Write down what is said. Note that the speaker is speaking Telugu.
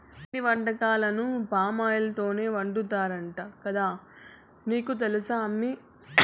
పిండి వంటకాలను పామాయిల్ తోనే వండుతున్నారంట కదా నీకు తెలుసునా అమ్మీ